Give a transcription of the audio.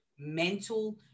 mental